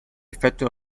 effettua